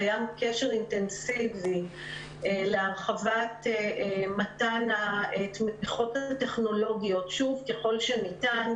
קיים קשר אינטנסיבי להרחבת מתן התמיכות הטכנולוגיות ככל שניתן,